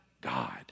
God